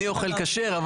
אני אוכל כשר.